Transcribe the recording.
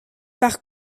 par